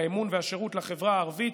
האמון והשירות לחברה הערבית,